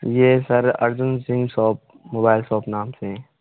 ये sir Arjun Singh shop mobile shop नाम से है